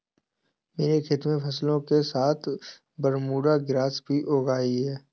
मेरे खेत में फसलों के साथ बरमूडा ग्रास भी उग आई हैं